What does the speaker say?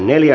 asia